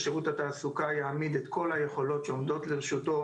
ששרות התעסוקה יעמיד את כל היכולות שעומדות לרשותו